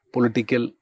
Political